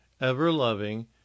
ever-loving